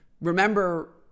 remember